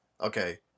okay